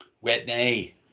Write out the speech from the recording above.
Whitney